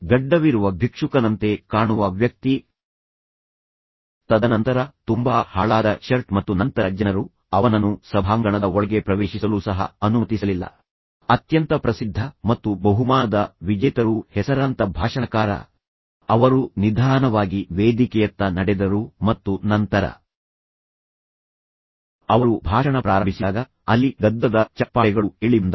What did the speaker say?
ಗಡ್ಡವಿರುವ ಭಿಕ್ಷುಕನಂತೆ ಕಾಣುವ ವ್ಯಕ್ತಿ ತದನಂತರ ತುಂಬಾ ಹಾಳಾದ ಶರ್ಟ್ ಮತ್ತು ನಂತರ ಜನರು ಅವನನ್ನು ಸಭಾಂಗಣದ ಒಳಗೆ ಪ್ರವೇಶಿಸಲು ಸಹ ಅನುಮತಿಸಲಿಲ್ಲ ಅತ್ಯಂತ ಪ್ರಸಿದ್ಧ ಮತ್ತು ಬಹುಮಾನದ ವಿಜೇತರೂ ಹೆಸರಾಂತ ಭಾಷಣಕಾರ ಎಂದು ಹೆಸರನ್ನು ಘೋಷಿಸಿದಾಗ ಅವರು ನಿಧಾನವಾಗಿ ವೇದಿಕೆಯತ್ತ ನಡೆದರು ಮತ್ತು ನಂತರ ಅವರು ಭಾಷಣ ಪ್ರಾರಂಭಿಸಿದಾಗ ಅಲ್ಲಿ ಗದ್ದಲದ ಚಪ್ಪಾಳೆಗಳು ಕೇಳಿಬಂದವು